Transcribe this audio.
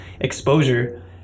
exposure